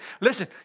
Listen